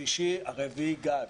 ביום השלישי או ביום הרביעי גג.